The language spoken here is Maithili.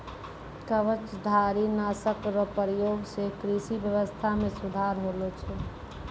कवचधारी नाशक रो प्रयोग से कृषि व्यबस्था मे सुधार होलो छै